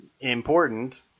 important